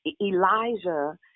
Elijah